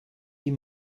die